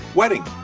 wedding